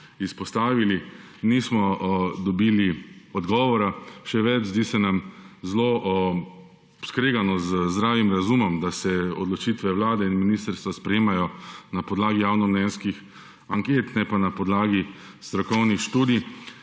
izpostavili, nismo dobili odgovora. Še več, zdi se nam zelo skregano z zdravim razumom, da se odločitve Vlade in ministrstva sprejemajo na podlagi javnomnenjskih anket, ne pa na podlagi strokovnih študij